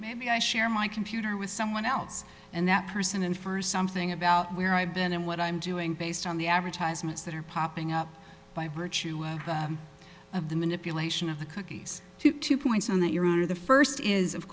maybe i share my computer with so when else and that person and first something about where i've been and what i'm doing based on the advertisements that are popping up by virtue of the manipulation of the cookies to two points on that your honor the first is of